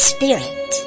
Spirit